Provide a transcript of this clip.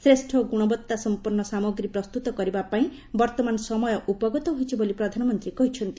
ଶ୍ରେଷ ଗୁଣବତ୍ତା ସମ୍ମନ୍ନ ସାମଗ୍ରୀ ପ୍ରସ୍ତୁତ କରିବାପାଇଁ ବର୍ତ୍ତମାନ ସମ୍ୟ ଉପଗତ ହୋଇଛି ବୋଲି ପ୍ରଧାନମନ୍ତୀ କହିଛନ୍ତି